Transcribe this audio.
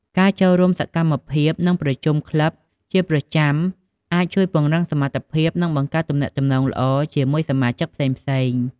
ការចូលរួមសកម្មភាព និងប្រជុំក្លឹបជាប្រចាំ អាចជួយពង្រឹងសមត្ថភាព និងបង្កើតទំនាក់ទំនងល្អជាមួយសមាជិកផ្សេងទៀត។